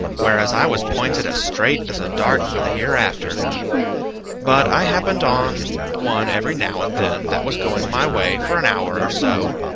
whereas i was pointed as straight as a dart for the hereafter but i happened on one every now and then that was going my way for an hour or so,